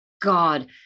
god